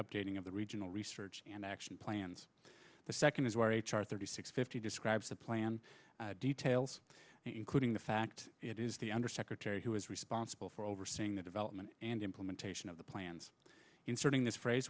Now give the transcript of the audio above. updating of the regional research and action plans the second is where h r thirty six fifty describes the plan details including the fact it is the undersecretary who is responsible for overseeing the development and implementation of the plans inserting this phrase